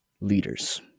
leaders